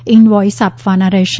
invoice આપવાના રહેશે